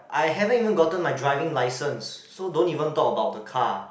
I haven't even gotten my driving license so don't even talk about the car